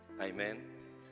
Amen